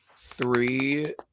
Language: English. three